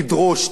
תדרוש,